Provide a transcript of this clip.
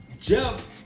Jeff